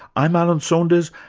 i'm alan saunders,